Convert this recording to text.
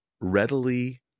readily